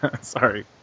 Sorry